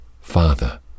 Father